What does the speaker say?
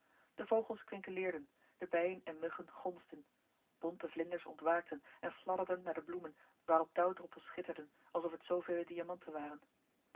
de vogels kwinkeleerden de bijen en muggen gonsden bonte vlinders ontwaakten en fladderden naar de bloemen waarop dauwdroppels schitterden alsof het zoovele diamanten waren